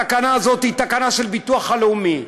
התקנה הזאת היא תקנה של הביטוח הלאומי.